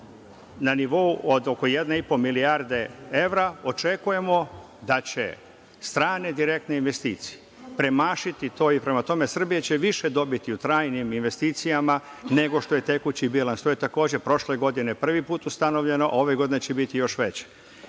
na nivou od oko jedne i po milijarde evra. Očekujemo da će strane direktne investicije premašiti to. Prema tome, Srbija će više dobiti u trajnim investicijama nego što je tekući bilans. To je takođe prošle godine prvi put ustanovljeno, a ove godine će biti još veći. To